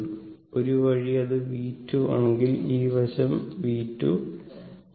1 വഴി ഇത് V2 ആണെങ്കിൽ ഈ വശം ആയിരിക്കും V2